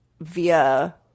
via